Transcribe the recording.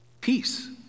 Peace